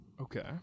Okay